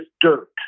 dirt